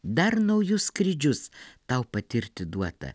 dar naujus skrydžius tau patirti duota